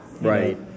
right